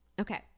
Okay